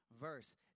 verse